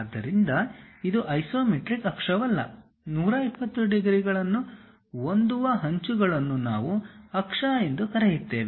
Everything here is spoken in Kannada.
ಆದ್ದರಿಂದ ಇದು ಐಸೊಮೆಟ್ರಿಕ್ ಅಕ್ಷವಲ್ಲ 120 ಡಿಗ್ರಿಗಳನ್ನು ಹೊಂದುವ ಅಂಚುಗಳನ್ನು ನಾವು ಅಕ್ಷ ಎಂದು ಕರೆಯುತ್ತೇವೆ